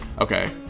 okay